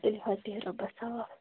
تُلوحظ بِیٚہو رۄبَس حوالہٕ